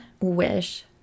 wish